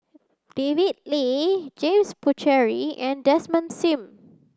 David Lee James Puthucheary and Desmond Sim